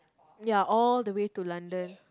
ya all the way to London